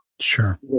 Sure